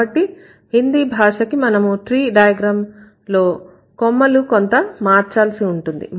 కాబట్టి హిందీ భాష కి మనము ట్రీ డైగ్రామ్ లో కొమ్మలు కొంత మార్చాల్సి ఉంటుంది